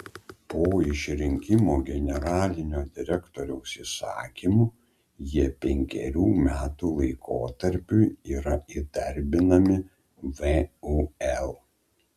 po išrinkimo generalinio direktoriaus įsakymu jie penkerių metų laikotarpiui yra įdarbinami vul